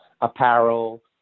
apparel